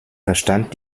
verstand